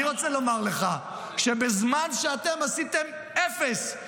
אני רוצה לומר לך: בזמן שאתם עשיתם אפס,